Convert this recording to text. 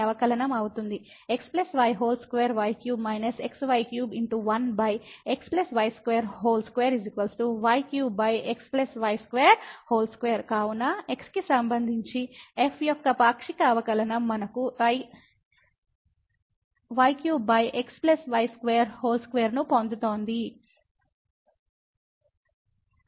x y2 y3 − x y3 x y22 y5 x y22 కాబట్టి x కి సంబంధించి f యొక్క పాక్షిక అవకలనం మనకు y5 x y22 ను పొందుతోంది